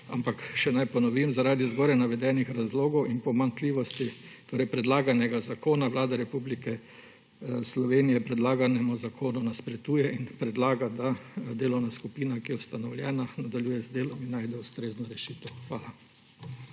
ampak naj še ponovim, da zaradi zgoraj navedenih razlogov in pomanjkljivosti predlaganega zakona Vlada Republike Slovenije predlaganemu zakonu nasprotuje in predlaga, da delovna skupina, ki je ustanovljena, nadaljuje z delom in najde ustrezno rešitev. Hvala.